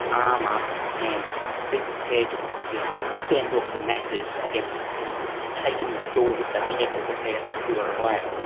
arm up and be prepared to to fend off the masses against taking the stores that they've carefully prepared and squirrelled away.